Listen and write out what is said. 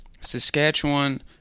Saskatchewan